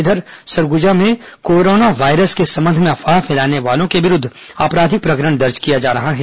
इधर सरगुजा में corona virus के संबंध में अफवाह फैलाने वालों के विरूद्व आपराधिक प्रकरण दर्ज किया जा रहा है